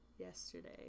yesterday